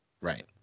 Right